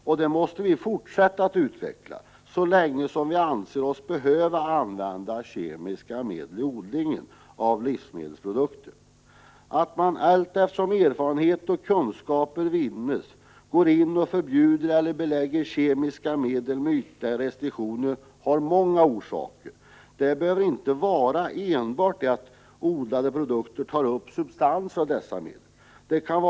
Och det systemet måste vi fortsätta att utveckla så länge som vi anser oss behöva använda kemiska medel vid odlingen av livsmedelsprodukter. Att man allteftersom erfarenheter och kunskaper vinns går in och förbjuder eller belägger kemiska medel med ytterligare restriktioner kan ha många orsaker. Orsaken behöver inte enbart vara den att odlade produkter tar upp substanser av dessa medel. Det kant.ex.